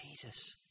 Jesus